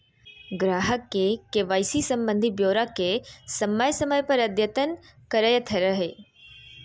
ग्राहक के के.वाई.सी संबंधी ब्योरा के समय समय पर अद्यतन करैयत रहइ